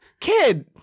kid